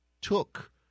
took